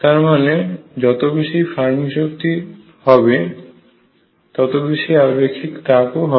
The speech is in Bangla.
তারমানে যত বেশি ফার্মি শক্তি হবে ততবেশি আপেক্ষিক তাপ হবে